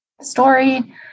story